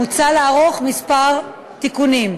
מוצע לערוך בו כמה תיקונים.